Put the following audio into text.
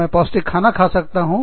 मैं पौष्टिक खाना खा सकता हूँ